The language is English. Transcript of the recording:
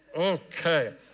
ok.